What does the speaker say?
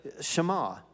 Shema